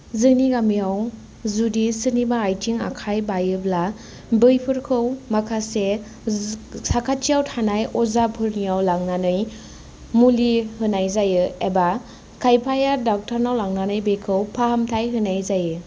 जोंनि गामिआव जुदि सोरनिबा आइथिं आखाइ बायोब्ला बैफोरखौ माखासे साखाथिआव थानाय अजा फोरनिआव लांनानै मुलि होनाय जायो एबा खाइफाया डक्टरनाव लांनानै बेखौ फाहामथाय होनाय जायो